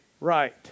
right